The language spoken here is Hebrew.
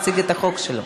מציג את החוק שלו,